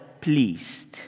pleased